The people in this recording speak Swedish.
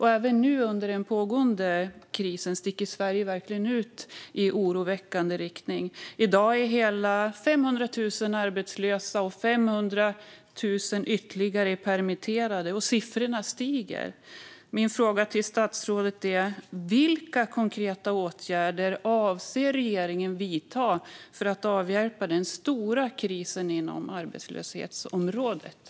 Även nu under den pågående krisen sticker Sverige verkligen ut i oroväckande riktning. I dag är hela 500 000 arbetslösa, och 500 000 ytterligare är permitterade. Och siffrorna stiger. Min fråga till statsrådet är: Vilka konkreta åtgärder avser regeringen att vidta för att avhjälpa den stora krisen inom arbetslöshetsområdet?